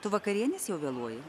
tu vakarienės jau vėluoji